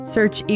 Search